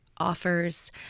offers